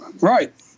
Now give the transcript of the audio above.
Right